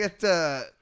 get